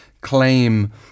claim